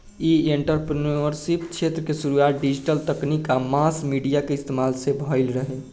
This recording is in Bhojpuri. इ एंटरप्रेन्योरशिप क्षेत्र के शुरुआत डिजिटल तकनीक आ मास मीडिया के इस्तमाल से भईल रहे